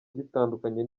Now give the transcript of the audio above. gitandukanye